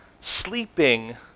sleeping